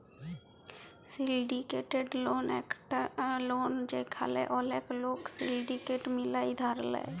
syndicated loan একট loan যেখালে ওলেক লক সিলডিকেট মিলায় ধার লেয়